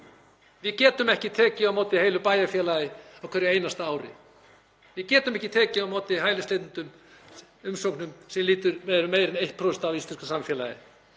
Við getum ekki tekið á móti heilu bæjarfélagi á hverju einasta ári. Við getum ekki tekið á móti hælisleitendum, umsóknum sem eru meira en 1% af íslensku samfélagi.